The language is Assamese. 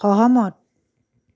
সহমত